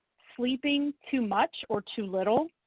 sleeping too much or too little,